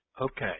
Okay